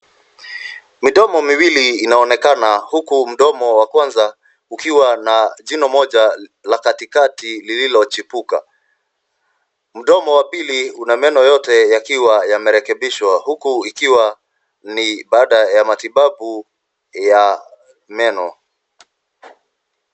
Midomo miwili inaonekana huku mdomo wa kwanza ukiwa na jino moja la katikati lililochipuka. Mdomo wa pili una meno yote yakiwa yamerekebishwa huku ikiwa ni baada ya matibabu ya meno.